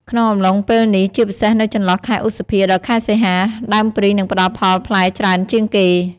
ក្នុងអំឡុងពេលនេះ ជាពិសេសនៅចន្លោះ ខែឧសភា ដល់ខែសីហា ដើមព្រីងនឹងផ្ដល់ផលផ្លែច្រើនជាងគេ។